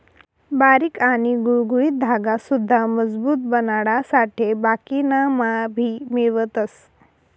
बारीक आणि गुळगुळीत धागा सुद्धा मजबूत बनाडासाठे बाकिना मा भी मिळवतस